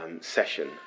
session